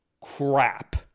crap